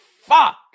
Fuck